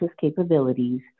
capabilities